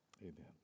amen